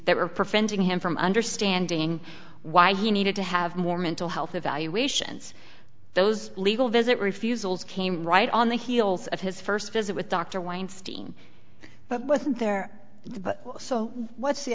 that were preventing him from understanding why he needed to have more mental health evaluations those legal visit refusals came right on the heels of his first visit with dr weinstein but wasn't there so what's the